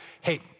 Hey